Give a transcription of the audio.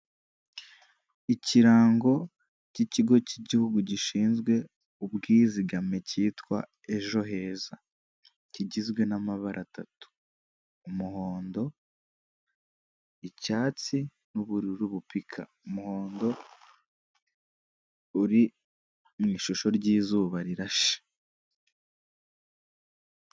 Ikirango cy'ikigo cy'igihugu gishinzwe ubwizigame cyitwa Ejo heza kigizwe n'amabara atatu, umuhondo, icyatsi n'ubururu bupika, umuhondo uri mu ishusho ry'izuba rirashe.